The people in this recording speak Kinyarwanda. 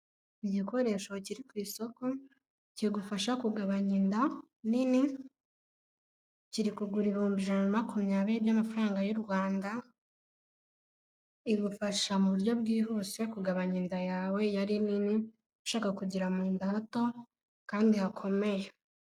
Igikoresho kiri ku isoko kigufasha kugabanya inda nini kiri kugura ibihumbi ijana na makumyabiri by'amafaranga y'u Rwanda, igufasha mu buryo bwihuse kugabanya inda yawe yari nini ushaka kugira mu nda hato kandi hakomeye.